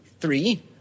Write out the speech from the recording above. three